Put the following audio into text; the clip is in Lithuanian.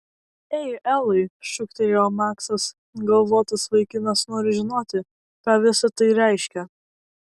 ei elai šūktelėjo maksas galvotas vaikinas nori žinoti ką visa tai reiškia